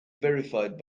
verified